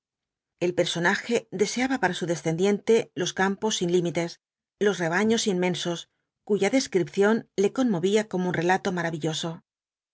el personaje deseaba para su descendiente los campos sin límites los rebaños inmensos cuya descripción le conmovía como un relato